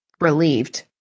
relieved